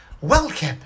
Welcome